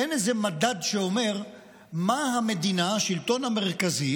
אין איזה מדד שאומר מה המדינה, מה השלטון המרכזי